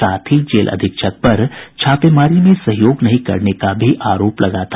साथ ही जेल अधीक्षक पर छापेमारी में सहयोग नहीं करने का आरोप भी लगा था